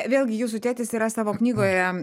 vėlgi jūsų tėtis yra savo knygoje